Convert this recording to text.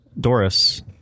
Doris